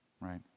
right